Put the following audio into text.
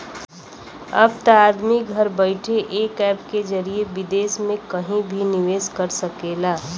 अब त आदमी घर बइठे एक ऐप के जरिए विदेस मे कहिं भी निवेस कर सकेला